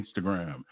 Instagram